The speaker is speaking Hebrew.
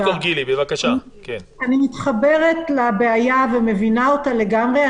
אני מתחברת לבעיה ומבינה אותה לגמרי,